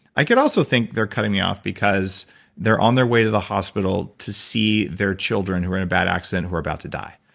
i could also think they're cutting me off because they're on their way to the hospital to see their children who were in a bad accident who are about to die.